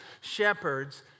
Shepherds